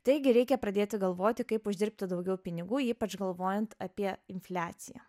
taigi reikia pradėti galvoti kaip uždirbti daugiau pinigų ypač galvojant apie infliaciją